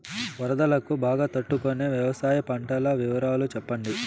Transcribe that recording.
వరదలకు బాగా తట్టు కొనే వ్యవసాయ పంటల వివరాలు చెప్పండి?